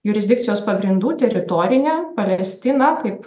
jurisdikcijos pagrindų teritorinę palestiną kaip